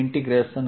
vdVv